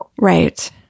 right